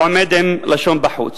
עומד עם לשון בחוץ.